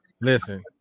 listen